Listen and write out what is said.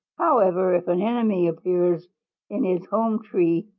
however, if an enemy appears in his home tree,